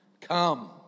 come